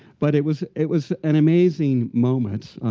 but it was it was an amazing moment.